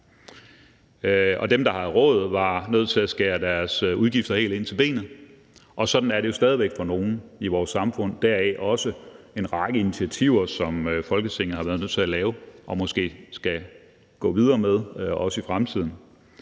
dem, der havde råd, var nødt til at skære deres udgifter helt ind til benet, og sådan er det jo stadig væk for nogle i vores samfund. Deraf er der jo også kommet en række initiativer, som Folketinget har været nødt til at lave og måske også skal gå videre med i fremtiden.